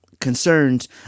concerns